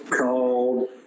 called